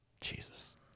Jesus